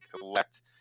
collect